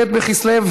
ב' בכסלו